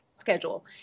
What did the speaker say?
schedule